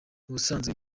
ubusanzwe